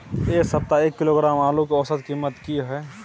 ऐ सप्ताह एक किलोग्राम आलू के औसत कीमत कि हय?